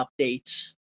updates